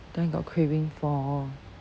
then I got craving for